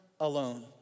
Alone